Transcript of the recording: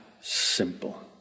simple